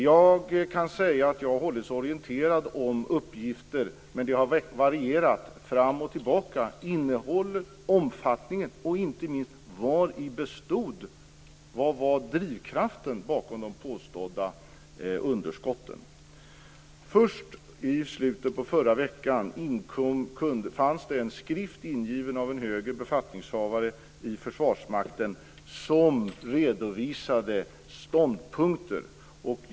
Jag kan säga att jag hållits orienterad om uppgifter, men det har varierat fram och tillbaka när det gäller innehållet, omfattningen och inte minst vari de påstådda underskotten bestod, vad drivkraften var bakom. Först i slutet på förra veckan fanns det en skrift ingiven av en högre befattningshavare vid Försvarsmakten där det redovisades ståndpunkter.